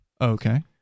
Okay